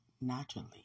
naturally